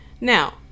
Now